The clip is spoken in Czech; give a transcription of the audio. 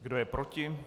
Kdo je proti?